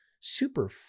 super